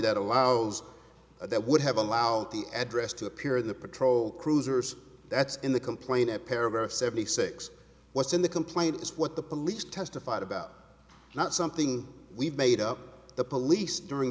that allows that would have allowed the address to appear in the patrol cruisers that's in the complaint at paragraph seventy six what's in the complaint is what the police testified about not something we've made up the police during